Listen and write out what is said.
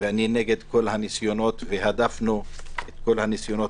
ואני נגד כל הניסיונות והדפנו את כל הניסיונות